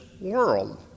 world